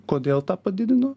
kodėl tą padidino